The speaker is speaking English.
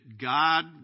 God